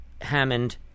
Hammond